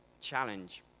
challenge